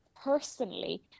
personally